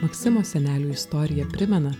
maksimo senelių istorija primena